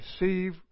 Receive